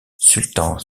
sultan